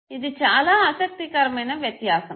ఇది చాలా ఆసక్తికరమైన వ్యత్యాసం